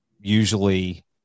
usually